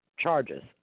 Charges